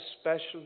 special